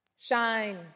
shine